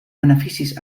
beneficis